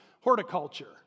Horticulture